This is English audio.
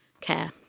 care